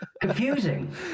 Confusing